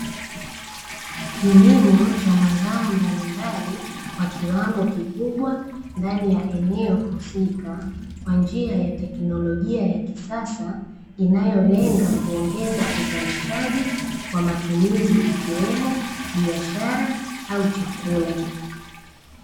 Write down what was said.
Kilimo cha mazao mbalimbali kwa kiwango kikubwa, ndani ya eneo husika kwa njia ya teknolojia ya kisasa, inayolenga kuongeza uzalishaji kwa matumizi ya kilimo, biashara au chakula.